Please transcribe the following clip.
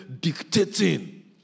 dictating